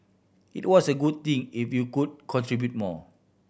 it was a good thing if you could contribute more